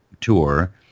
Tour